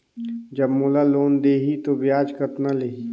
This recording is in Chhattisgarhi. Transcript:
जब मोला लोन देही तो ब्याज कतना लेही?